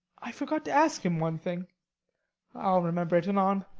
i forgot to ask him one thing i'll remember't anon.